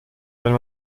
wenn